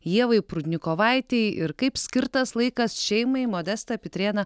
ievai prudnikovaitei ir kaip skirtas laikas šeimai modestą pitrėną